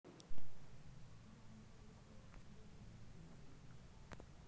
अहाँ अपन दोकान मे यू.पी.आई सँ पाय लैत छी की?